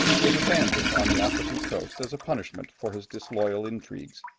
was abandoned on the african coast as a punishment for his disloyal intrigues,